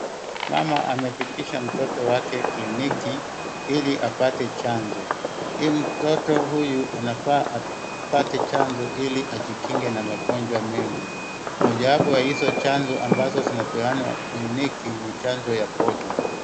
Mama amefikisha mtoto wake kliniki ili apate chanjo. Mtoto huyu anafaa apate chanjo ili ajikinge na magonjwa mengi, mojawapo ya hizo chanjo ambazo zinapeanwa kliniki ni chanjo ya polio.